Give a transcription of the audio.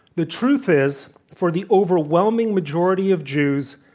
the truth is, for the overwhelming majority of jews,